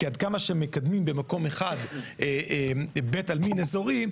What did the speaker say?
כי עד כמה שמקדמים במקום אחד בית עלמין אזורי,